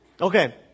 Okay